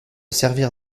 servir